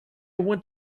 want